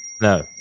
No